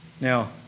Now